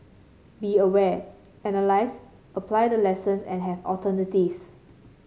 be aware analyse apply the lessons and have alternatives